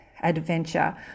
adventure